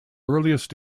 earliest